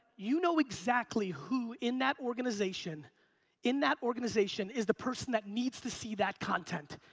you know exactly who in that organization in that organization is the person that needs to see that content.